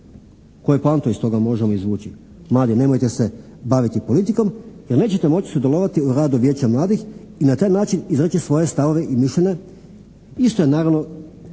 Koje poante iz toga možemo izvući? Mladi, nemojte se baviti politikom jer nećete moći sudjelovati u radu vijeća mladih i na taj način izreći svoje stavove i mišljenja, isto je naravno